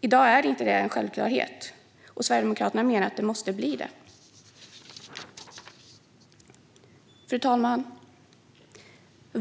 I dag är detta inte en självklarhet, och Sverigedemokraterna menar att det måste bli det. Fru talman!